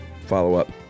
follow-up